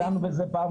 לנדשפט.